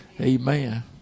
Amen